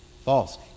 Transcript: False